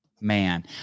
Man